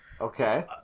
Okay